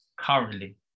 currently